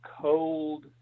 cold